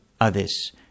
others